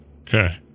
Okay